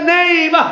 name